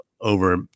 over